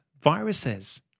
viruses